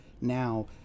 now